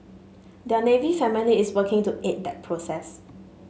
their Navy family is working to aid that process